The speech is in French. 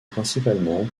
principalement